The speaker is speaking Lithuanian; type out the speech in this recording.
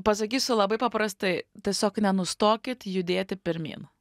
pasakysiu labai paprastai tiesiog nenustokit judėti pirmyn